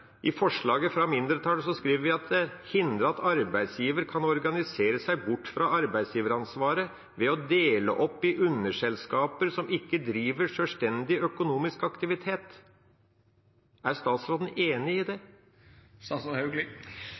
I forslaget fra mindretallet skriver vi: «hindre at arbeidsgiver kan organisere seg bort fra arbeidsgiveransvaret ved å dele opp i underselskaper som ikke driver selvstendig økonomisk aktivitet.» Mitt spørsmål er: Er statsråden enig i det?